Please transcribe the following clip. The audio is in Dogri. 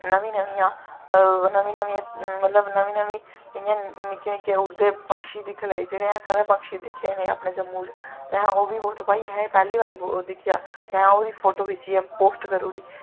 नमी नमियां मतलव नमीं नमीं इयां निक्के निक्के उड्डदे पंक्षी दिक्खी ले जेह्ड़े असें कदें पंक्षी दिक्खे गै नेंई अपने जम्मू च ते असें ओह्दे च असें मतलव दिक्खेआ ते असैं ओह्दी फोटो खिच्चियै पोस्ट करी ओड़ी